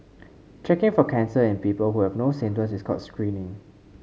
checking for cancer in people who have no symptoms is called screening